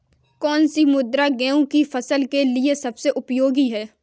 कौन सी मृदा गेहूँ की फसल के लिए सबसे उपयोगी है?